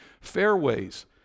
fairways